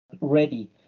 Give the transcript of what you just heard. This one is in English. ready